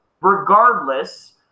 regardless